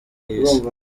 y’isi